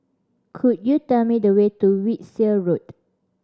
could you tell me the way to Wiltshire Road